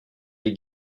les